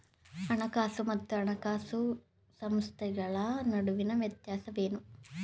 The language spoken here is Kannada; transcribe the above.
ಹಣಕಾಸು ಮತ್ತು ಹಣಕಾಸು ಸಂಸ್ಥೆಗಳ ನಡುವಿನ ವ್ಯತ್ಯಾಸವೇನು?